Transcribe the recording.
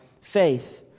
faith